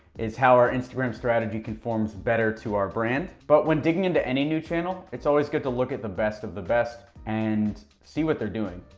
is how our instagram strategy conforms better to our brand, but when digging into any new channel, it's always good to look at the best of the best, and see what they're doing.